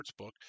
sportsbook